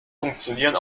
funktionieren